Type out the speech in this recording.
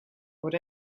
what